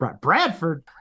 bradford